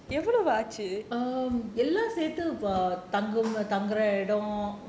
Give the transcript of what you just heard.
um எல்லா சேத்து தங்கர இடம்:ellaa saethu tangara idam